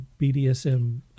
BDSM